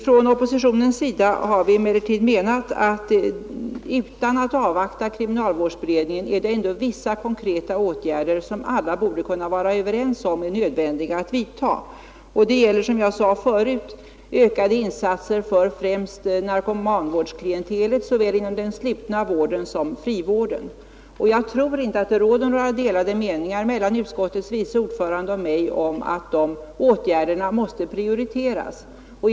Från oppositionens sida har vi emellertid menat att det, utan att avvakta kriminalvårdsberedningens arbete, finns vissa konkreta åtgärder som alla borde kunna vara överens om är nödvändiga att vidta. Det gäller, som jag sade förut, ökade insatser främst för narkomanvårdsklientelet, såväl inom den slutna vården som inom frivården. Jag tror inte det råder några delade meningar mellan utskottets vice ordförande och mig om att de åtgärderna måste prioriteras.